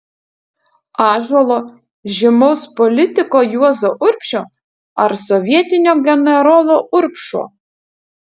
ąžuolo žymaus politiko juozo urbšio ar sovietinio generolo urbšo